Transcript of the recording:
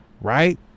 right